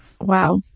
Wow